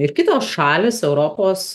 ir kitos šalys europos